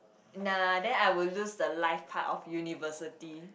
nah then I would lose the life part of university